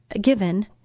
given